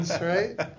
right